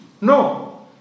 No